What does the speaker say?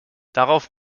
darauf